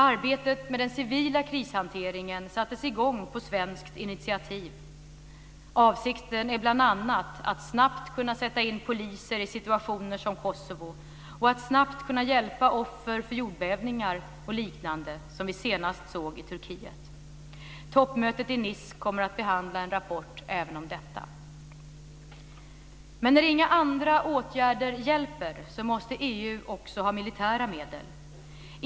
Arbetet med den civila krishanteringen sattes i gång på svenskt initiativ. Avsikten är bl.a. att snabbt kunna sätta in poliser i situationer som Kosovo och att snabbt kunna hjälpa offer för jordbävningar och liknande, som vi senast såg i Turkiet. Toppmötet i Nice kommer att behandla en rapport även om detta. Men när inga andra åtgärder hjälper måste EU också ha militära medel.